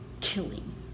killing